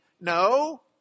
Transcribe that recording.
No